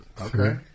Okay